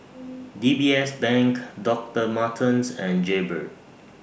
D B S Bank Doctor Martens and Jaybird